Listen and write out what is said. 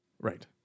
Right